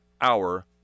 Hour